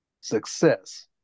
Success